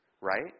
right